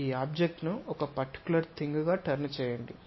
ఈ ఆబ్జెక్ట్ ను ఒక పర్టిక్యులర్ థింగ్ గా టర్న్ చేయండి